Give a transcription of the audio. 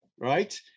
right